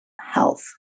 health